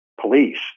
police